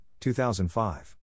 2005